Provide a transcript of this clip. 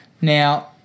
Now